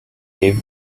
gave